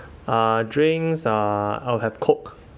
uh drinks uh I'll have Coke